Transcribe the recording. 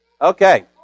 Okay